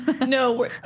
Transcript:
No